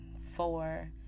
Four